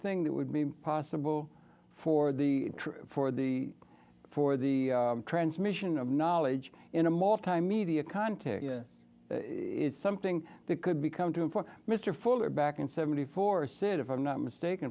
thing that would be possible for the for the for the transmission of knowledge in a multimedia content is something that could become to inform mr fuller back in seventy four said if i'm not mistaken